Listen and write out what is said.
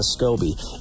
Scobie